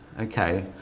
Okay